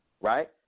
right